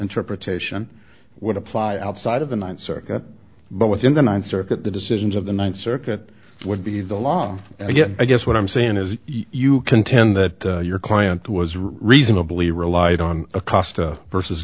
interpretation would apply outside of the ninth circuit but within the ninth circuit the decisions of the ninth circuit would be the law yes i guess what i'm saying is you contend that your client was reasonably relied on a cost versus